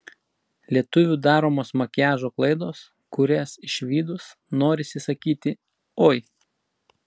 lietuvių daromos makiažo klaidos kurias išvydus norisi sakyti oi